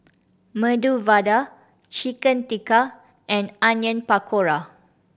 Medu Vada Chicken Tikka and Onion Pakora